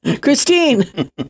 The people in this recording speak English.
Christine